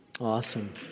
Awesome